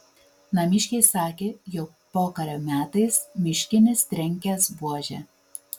namiškiai sakė jog pokario metais miškinis trenkęs buože